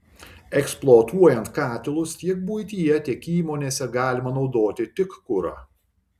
eksploatuojant katilus tiek buityje tiek įmonėse galima naudoti tik kurą